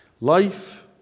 Life